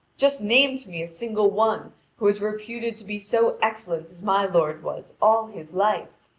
just name to me a single one who is reputed to be so excellent as my lord was all his life.